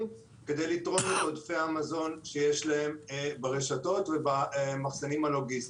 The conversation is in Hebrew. כדי לתרום את עודפי המזון שיש להם ברשתות ובמחסנים הלוגיסטיים.